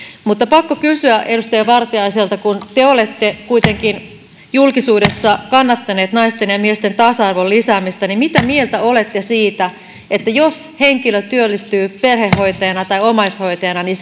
mutta pakko kysyä edustaja vartiaiselta kun te olette kuitenkin julkisuudessa kannattanut naisten ja miesten tasa arvon lisäämistä niin mitä mieltä olette siitä että jos henkilö työllistyy perhehoitajana tai omaishoitajana niin